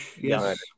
Yes